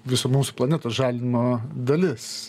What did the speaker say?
visų mūsų planetos žalinimo dalis